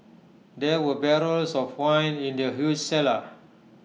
there were barrels of wine in the huge cellar